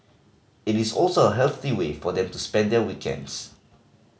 it is also a healthy way for them to spend their weekends